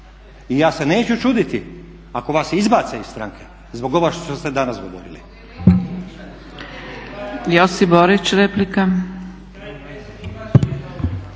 I ja se neću čuditi ako vas izbace iz stranke zbog ovog što ste danas govorili.